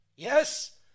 Yes